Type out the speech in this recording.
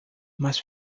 mas